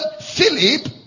Philip